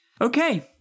Okay